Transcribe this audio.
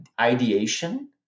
ideation